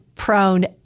prone